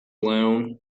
alone